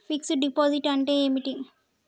Fix డ్ deposit అంటే ఏమిటి?